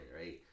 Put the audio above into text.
right